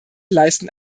leisten